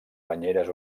banyeres